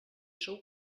sou